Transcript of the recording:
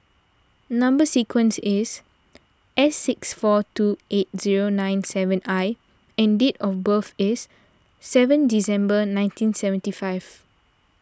Number Sequence is S six four two eight zero nine seven I and date of birth is seven December ninety seventy five